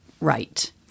Right